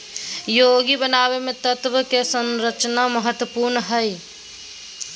यौगिक बनावे मे तत्व के संरचना महत्वपूर्ण हय